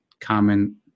common